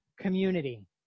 community